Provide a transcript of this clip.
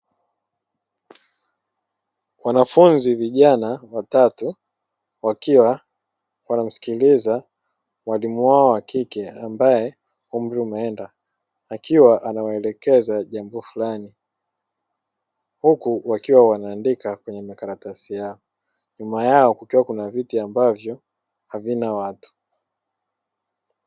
Wanafunzi vijana watatu wakiwa wanamsikiliza mwalimu ambaye umri umeenda, akiwa anawaelekeza jambo fulani huku wakiwa wanaandika kwenye makaratasi yao nyuma yao kukiwa kuna viti ambavyo havina watu.